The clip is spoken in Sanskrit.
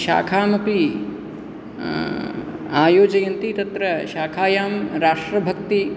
शाखाम् अपि आयोजयन्ति तत्र शाखायां राष्ट्रभक्ति